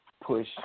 push